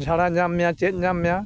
ᱡᱷᱟᱲᱟ ᱧᱟᱢ ᱢᱮᱭᱟ ᱪᱮᱫ ᱧᱟᱢ ᱢᱮᱭᱟ